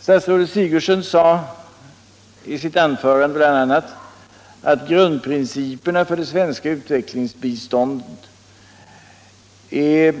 Statsrådet Sigurdsen sade i sitt anförande bl.a. att grundprinciperna för det svenska utvecklingsbiståndet är